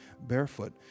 barefoot